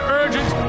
urgent